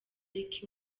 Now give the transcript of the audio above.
rick